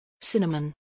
Cinnamon